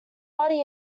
body